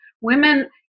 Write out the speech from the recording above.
women